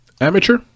amateur